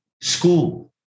school